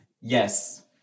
Yes